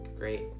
Great